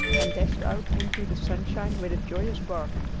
and dashed out into the sunshine with a joyous bark.